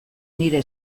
nire